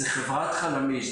זו חברת חלמיש.